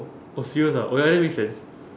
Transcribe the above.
oh serious ah oh ya that makes sense